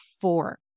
four